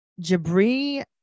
Jabri